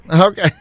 Okay